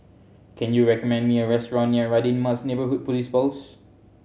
can you recommend me a restaurant near Radin Mas Neighbourhood Police Post